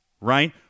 right